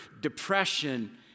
depression